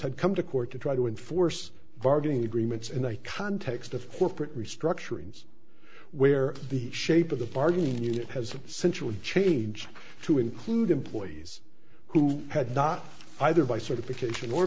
had come to court to try to enforce bargaining agreements in a context of corporate restructurings where the shape of the bargaining unit has a central change to include employees who had not either by sort of occasion or